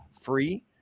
free